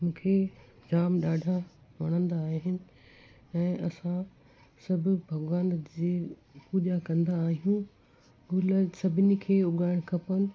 मूंखे जाम ॾाढा वणंदा आहिनि ऐं असां सभु भॻवान जे पूॼा कंदा आहियूं गुल सभिनी खे उॻाइणु खपनि